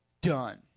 Done